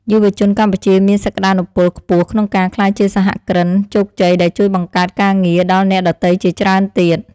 យុវជនកម្ពុជាមានសក្តានុពលខ្ពស់ក្នុងការក្លាយជាសហគ្រិនជោគជ័យដែលជួយបង្កើតការងារដល់អ្នកដទៃជាច្រើនទៀត។